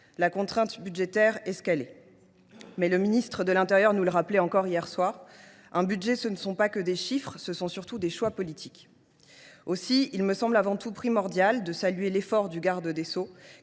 la contrainte budgétaire est ce qu’elle est. Mais, comme le ministre de l’intérieur nous le rappelait encore hier soir, un budget, ce ne sont pas que des chiffres ! Ce sont surtout des choix politiques. Aussi me semble t il primordial de saluer l’effort du garde des sceaux,